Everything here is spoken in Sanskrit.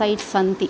सैट्स् सन्ति